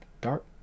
dark